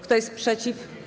Kto jest przeciw?